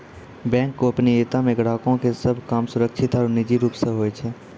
bank गोपनीयता मे ग्राहको के सभ काम सुरक्षित आरु निजी रूप से होय छै